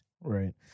Right